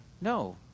no